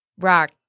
rock